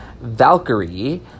Valkyrie